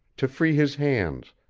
to free his hands,